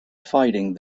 fighting